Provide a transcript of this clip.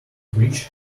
bridge